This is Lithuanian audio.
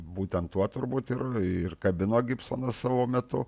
būtent tuo turbūt ir kabino gibsonas savo metu